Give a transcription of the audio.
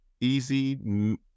easy